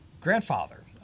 grandfather